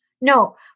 No